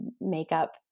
makeup